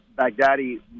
Baghdadi